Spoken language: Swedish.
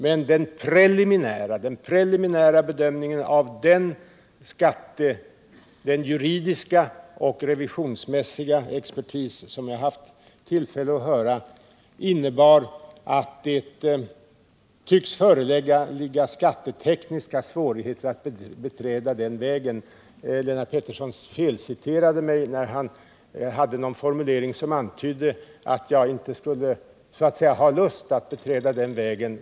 Men den preliminära bedömningen av den juridiska och revisionsmässiga expertis som jag haft tillfälle att höra påvisade att det tycks föreligga skattetekniska svårigheter att beträda den vägen. Lennart Pettersson felciterade mig då han använde en formulering som antydde att jag inte skulle ha lust att beträda den.